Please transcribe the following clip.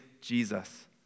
Jesus